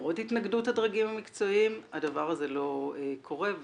למרות התנגדות הדרגים המקצועיים הדבר הזה לא קורה.